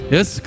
Yes